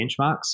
benchmarks